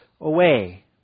away